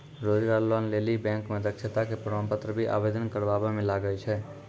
रोजगार लोन लेली बैंक मे दक्षता के प्रमाण पत्र भी आवेदन करबाबै मे लागै छै?